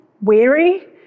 weary